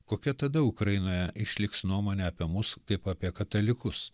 kokia tada ukrainoje išliks nuomonė apie mus kaip apie katalikus